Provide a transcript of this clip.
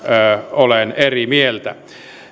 olen eri mieltä